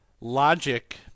logic